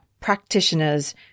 practitioners